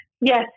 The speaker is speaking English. Yes